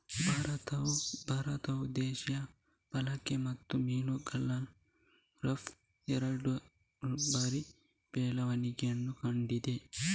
ಭಾರತವು ದೇಶೀಯ ಬಳಕೆ ಮತ್ತು ಮೀನುಗಳ ರಫ್ತು ಎರಡರಲ್ಲೂ ಭಾರಿ ಬೆಳವಣಿಗೆಯನ್ನು ಕಂಡಿದೆ